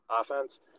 offense